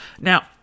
Now